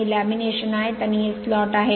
हे लॅमिनेशन आहेत आणि हे स्लॉट आहेत